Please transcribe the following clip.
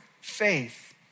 faith